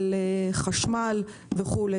על חשמל וכו'.